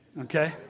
Okay